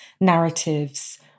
narratives